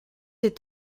est